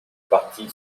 parti